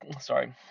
sorry